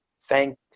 thank